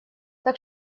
так